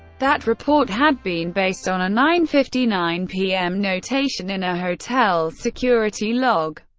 that report had been based on a nine fifty nine p m. notation in a hotel security log,